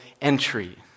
entry